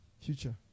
future